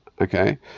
okay